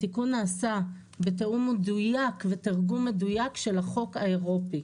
התיקון נעשה בתיאום מדוייק ותרגום מדוייק של החוק האירופי.